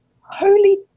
Holy